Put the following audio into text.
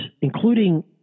including